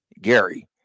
Gary